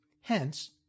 Hence